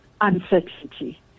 uncertainty